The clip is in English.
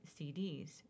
CDs